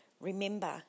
Remember